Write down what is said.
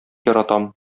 яратам